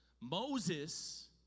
Moses